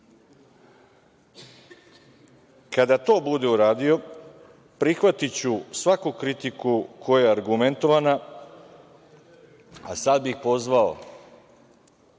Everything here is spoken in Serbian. Kada to bude uradio, prihvatiću svaku kritiku koja je argumentovana. Sada bih pozvao